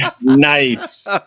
Nice